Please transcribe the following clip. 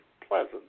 pleasant